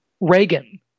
Reagan